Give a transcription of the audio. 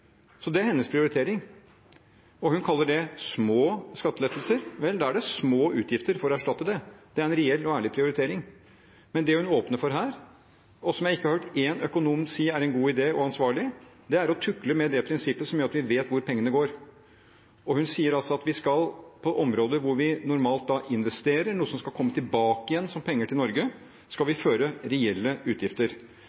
Det er hennes prioritering. Hun kaller det små skattelettelser – vel, da er det små utgifter for å erstatte det. Det er en reell og ærlig prioritering. Men det hun åpner for her, og som jeg ikke har hørt én økonom si er en god idé og ansvarlig, er å tukle med det prinsippet som gjør at vi vet hvor pengene går. Hun sier altså at på områder hvor vi normalt investerer, noe som skal komme tilbake igjen som penger til Norge, skal vi